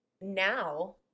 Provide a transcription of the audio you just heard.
now